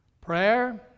prayer